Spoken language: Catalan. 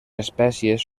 espècies